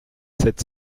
sept